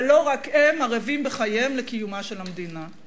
אבל לא רק הם ערבים בחייהם לקיומה של המדינה.